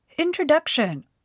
Introduction